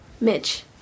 Mitch